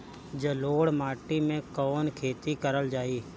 जलोढ़ माटी में कवन खेती करल जाई?